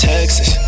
Texas